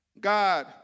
God